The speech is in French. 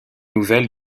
nouvelle